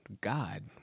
God